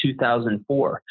2004